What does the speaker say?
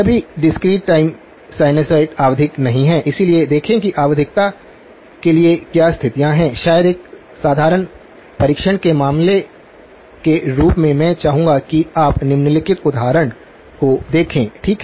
सभी discrete time sinusoid आवधिक नहीं हैं इसलिए देखें कि आवधिकता के लिए क्या स्थितियां हैं और शायद एक साधारण परीक्षण के मामले के रूप में मैं चाहूँगा की आप निम्नलिखित उदाहरण को देखें ठीक है